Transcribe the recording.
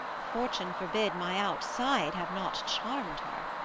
fortune forbid my outside have not charm'd her!